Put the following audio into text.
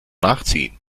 nachziehen